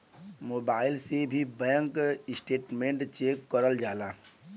mobile से भी bank statement check करल जाला